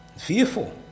fearful